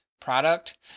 product